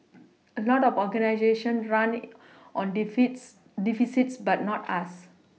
a lot of organisation run on deficits but not us